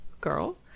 girl